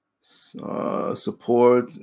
Support